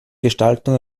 gestaltung